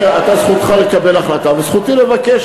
זה לגיטימי, אתה, זכותך לקבל החלטה, וזכותי לבקש.